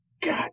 God